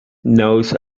knows